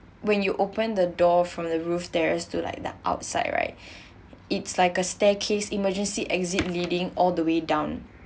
when you open the door from the roof terrace to like the outside right it's like a staircase emergency exit leading all the way down